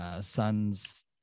son's